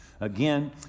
Again